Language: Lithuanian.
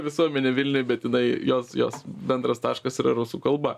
visuomenė vilniuj bet jinai jos jos bendras taškas yra rusų kalba